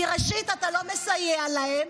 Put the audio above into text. כי ראשית, אתה לא מסייע להם,